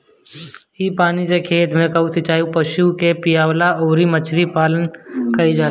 इ पानी से खेत कअ सिचाई, पशु के पियवला अउरी मछरी पालन कईल जाला